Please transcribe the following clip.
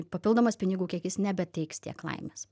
papildomas pinigų kiekis nebeteiks tiek laimės